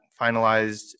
finalized